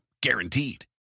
guaranteed